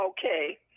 Okay